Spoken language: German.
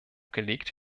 gelegt